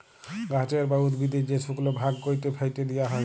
গাহাচের বা উদ্ভিদের যে শুকল ভাগ ক্যাইটে ফ্যাইটে দিঁয়া হ্যয়